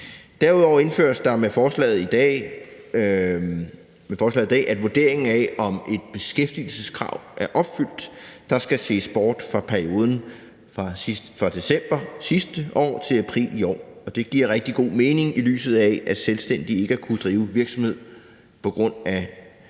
Derudover indføres der med forslaget i dag, at man i vurderingen af, om et beskæftigelseskrav er opfyldt, skal se bort fra perioden fra december sidste år til april i år. Det giver rigtig god mening, i lyset af at selvstændige ikke har kunnet drive virksomhed på grund af